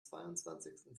zweiundzwanzigsten